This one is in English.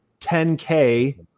10K